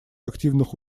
активных